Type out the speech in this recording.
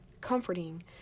comforting